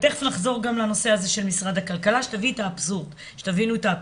ותיכף נחזור גם לנושא הזה של משרד הכלכלה כדי שתבינו את האבסורד.